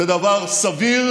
זה דבר סביר,